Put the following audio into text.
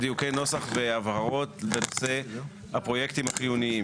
דיוקי נוסח ובהברות בנושא הפרויקטים החיוניים.